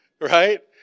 Right